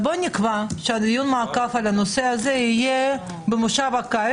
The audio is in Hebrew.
אז בוא נקבע שדיון מעקב בנושא הזה יהיה במושב הקיץ.